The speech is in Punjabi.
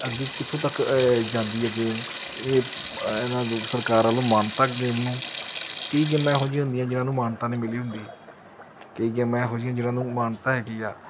ਅੱਗੇ ਕਿੱਥੋਂ ਤੱਕ ਜਾਂਦੀ ਹੈ ਗੇਮ ਇਹ ਇਹਦਾ ਸਰਕਾਰ ਵੱਲੋਂ ਮਾਨਤਾ ਗੇਮ ਨੂੰ ਕਈ ਗੇਮਾਂ ਇਹੋ ਜਿਹੀਆਂ ਹੁੰਦੀਆਂ ਜਿਹਨਾਂ ਨੂੰ ਮਾਨਤਾ ਨਹੀਂ ਮਿਲੀ ਹੁੰਦੀ ਕਈ ਗੇਮਾਂ ਇਹੋ ਜਿਹੀਆਂ ਜਿਹਨਾਂ ਨੂੰ ਮਾਨਤਾ ਹੈਗੀ ਆ